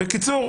בקיצור,